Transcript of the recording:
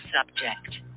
subject